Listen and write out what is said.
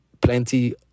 plenty